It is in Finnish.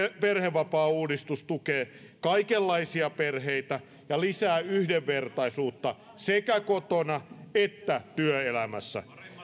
perhevapaauudistus tukee kaikenlaisia perheitä ja lisää yhdenvertaisuutta sekä kotona että työelämässä